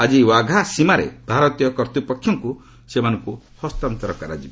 ଆଜି ଓ୍ୱାଘା ସୀମାରେ ଭାରତୀୟ କର୍ତ୍ତ୍ୱପକ୍ଷଙ୍କୁ ସେମାନଙ୍କୁ ହସ୍ତାନ୍ତର କରାଯିବ